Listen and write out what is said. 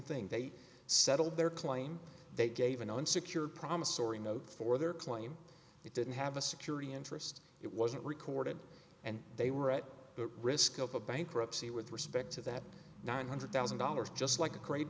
thing they settled their claim they gave an unsecured promissory note for their claim it didn't have a security interest it wasn't recorded and they were at risk of a bankruptcy with respect to that nine hundred thousand dollars just like a cr